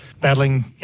battling